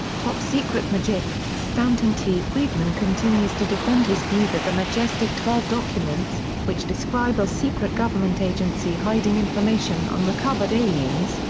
top secret majic stanton t. friedman continues to defend his view that the majestic twelve documents, which describe a secret government agency hiding information on recovered aliens,